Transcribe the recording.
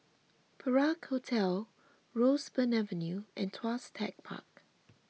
Perak Hotel Roseburn Avenue and Tuas Tech Park